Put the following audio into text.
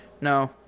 No